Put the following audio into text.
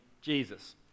Jesus